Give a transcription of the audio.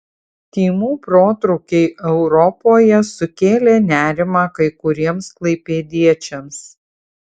tymų protrūkiai europoje sukėlė nerimą kai kuriems klaipėdiečiams